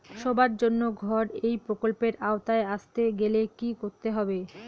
সবার জন্য ঘর এই প্রকল্পের আওতায় আসতে গেলে কি করতে হবে?